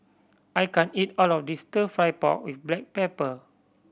I can't eat all of this Stir Fry pork with black pepper